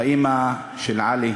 האימא של עלי